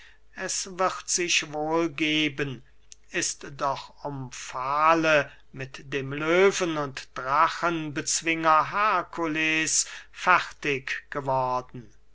es wird sich wohl geben ist doch omfale mit dem löwen und drachenbezwinger herkules fertig geworden